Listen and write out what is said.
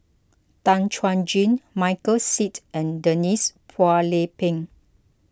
Tan Chuan Jin Michael Seet and Denise Phua Lay Peng